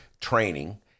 training